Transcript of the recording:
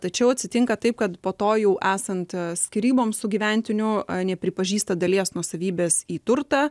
tačiau atsitinka taip kad po to jau esant skyryboms sugyventinių nepripažįsta dalies nuosavybės į turtą